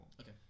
Okay